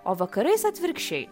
o vakarais atvirkščiai